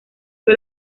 fue